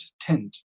tent